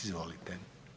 Izvolite.